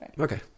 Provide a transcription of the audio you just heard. Okay